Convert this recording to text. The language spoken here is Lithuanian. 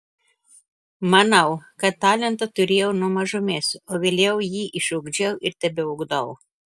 manau kad talentą turėjau nuo mažumės o vėliau jį išugdžiau ir tebeugdau